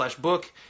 book